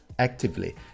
Actively